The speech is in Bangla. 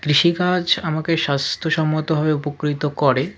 কৃষিকাজ আমাকে স্বাস্থ্যসম্মতভাবে উপকৃত করে